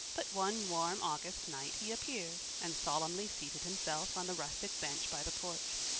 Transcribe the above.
but one warm august night he appeared, and solemnly seated himself on the rustic bench by the porch.